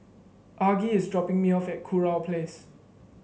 Argie is dropping me off at Kurau Place